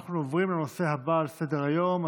אנחנו עוברים לנושא הבא בסדר-היום,